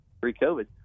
pre-covid